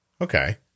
Okay